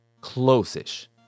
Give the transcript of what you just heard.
close-ish